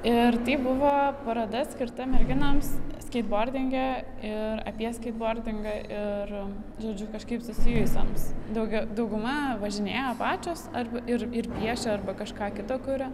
ir tai buvo paroda skirta merginoms skeitbordinge ir apie skeitbordingą ir žodžiu kažkaip susijusioms daugiau dauguma važinėja pačios arba ir ir piešia arba kažką kita kuria